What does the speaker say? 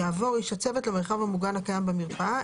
יעבור איש הצוות למרחב המוגן הקיים במרפאה,